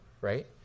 right